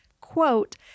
quote